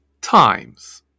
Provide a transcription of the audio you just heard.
times